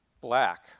Black